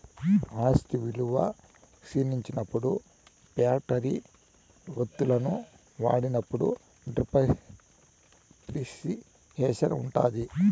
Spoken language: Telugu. ఆస్తి విలువ క్షీణించినప్పుడు ఫ్యాక్టరీ వత్తువులను వాడినప్పుడు డిప్రిసియేషన్ ఉంటాది